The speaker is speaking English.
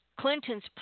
Clinton's